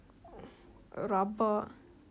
ugh rabak